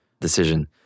decision